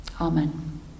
Amen